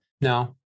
No